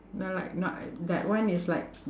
no like not that one is like